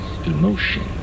emotion